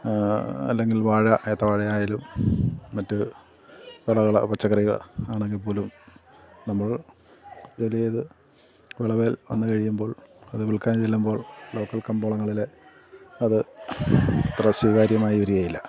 അല്ലെങ്കിൽ വാഴ ഏത്ത വാഴ ആയാലും മറ്റു വിളകൾ പച്ചക്കറികൾ ആണെങ്കിൽ പോലും നമ്മൾ ചിലത് വിളവ് വന്നു കഴിയുമ്പോൾ അത് വിൽക്കാൻ ചെല്ലുമ്പോൾ ലോക്കൽ കമ്പോളങ്ങളിലെ അത് അത്ര സ്വീകാര്യമായി വരികയില്ല